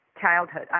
childhood